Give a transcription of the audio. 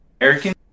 American